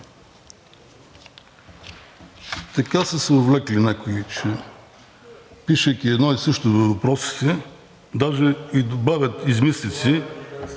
Така са се увлекли някои, че пишейки едно и също във въпросите, даже добавят и измислици